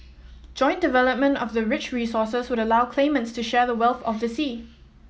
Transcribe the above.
joint development of the rich resources would allow claimants to share the wealth of the sea